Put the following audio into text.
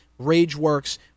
Rageworks